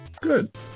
Good